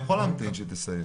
אני יכול להמתין שהיא תסיים.